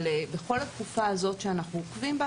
אבל בכל התקופה הזאת שאנחנו עוקבים,